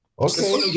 Okay